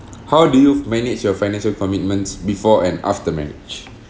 how do you manage your financial commitments before and after marriage